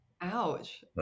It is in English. Ouch